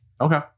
Okay